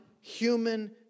human